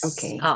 Okay